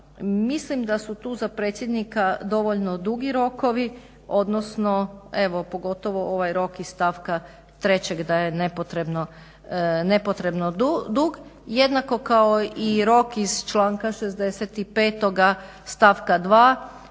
Mislim da su tu za predsjednika dovoljno dugi rokovi, odnosno evo pogotovo ovaj rok iz stavka 3. da je nepotrebno dug jednako kao i rok iz članka 65. stavka 2.